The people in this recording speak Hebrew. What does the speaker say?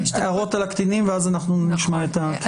הערות על הקטינים ואז אנחנו נשמע את כן.